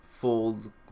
fold